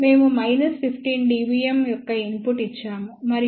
మేము minus 15 dBm యొక్క input ఇచ్చాము మరియు అవుట్పుట్ 0